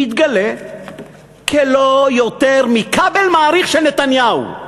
מתגלה כלא יותר מכבל מאריך של נתניהו.